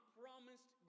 promised